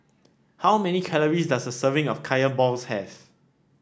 how many calories does a serving of Kaya Balls have